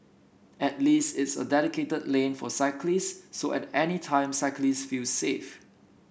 at least it's a dedicated lane for cyclists so at any time cyclists feel safe